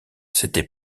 s’était